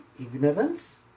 ignorance